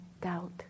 doubt